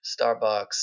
Starbucks